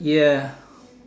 ya